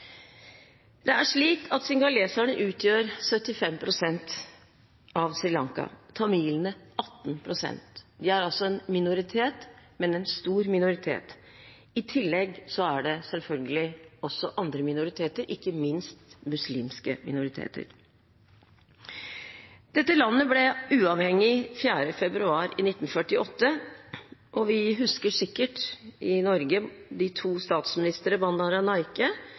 Singaleserne utgjør 75 pst. av Sri Lankas befolkning, tamilene 18 pst. – de er altså en minoritet, men en stor minoritet. I tillegg er det selvfølgelig også andre minoriteter, ikke minst muslimske minoriteter. Dette landet ble uavhengig 4. februar 1948. Vi husker sikkert i Norge de to